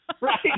Right